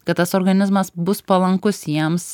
kad tas organizmas bus palankus jiems